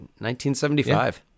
1975